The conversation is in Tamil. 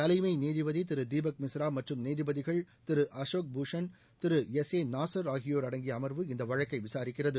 தலைமை நீதிபதி திரு தீபக் மிஸ்ரா மற்றும் நீதிகள் திரு அசோக் பூஷன் திரு எஸ் எ நாசர் ஆகியோர் அடங்கிய அமர்வு இந்த வழக்கை விசாரிக்கிறது